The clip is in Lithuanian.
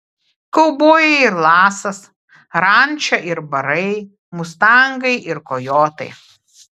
kaubojai ir lasas ranča ir barai mustangai ir kojotai